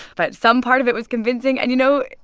but some part of it was convincing and, you know,